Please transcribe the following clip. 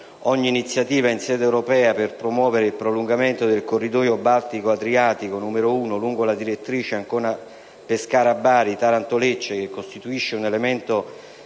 ogni iniziativa in sede europea per promuovere il prolungamento del corridoio baltico-adriatico (n. 1) lungo la direttrice Ancona-Pescara-Bari-Taranto-Lecce, che costituisce un elemento strategico